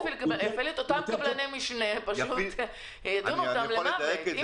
הוא יפעיל אותם קבלני משנה אבל הוא ידון אותם למוות.